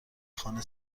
خانه